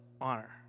honor